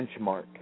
benchmark